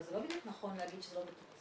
אבל זה לא בדיוק נכון להגיד שזה לא מתוקצב.